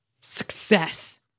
Success